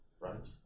right